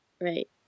right